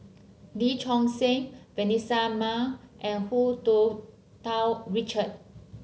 Lee Choon Seng Vanessa Mae and Hu Tsu Tau Richard